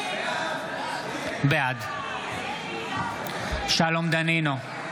בעד שלום דנינו,